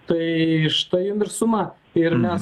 tai štai jum ir suma ir mes